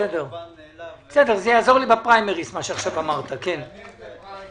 מה שעכשיו אמרת יעזור לי בפריימריס.